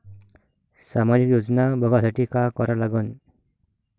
सामाजिक योजना बघासाठी का करा लागन?